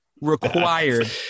required